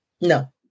no